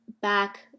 back